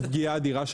אדירה,